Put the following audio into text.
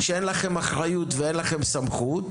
להסביר שאין לכם אחריות ואין לכם סמכות,